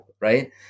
right